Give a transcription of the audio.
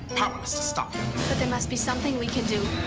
powerless to stop him. but there must be something we can do.